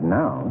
now